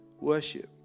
worship